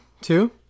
two